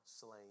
slain